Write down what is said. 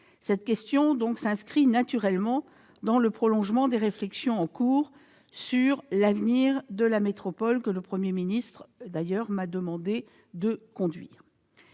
Cette question s'inscrit naturellement dans le prolongement des réflexions en cours sur l'avenir de la métropole que le Premier ministre m'a d'ailleurs demandé de conduire.